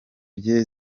bye